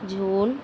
June